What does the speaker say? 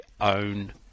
own